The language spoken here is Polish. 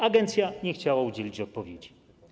Agencja nie chciała udzielić odpowiedzi.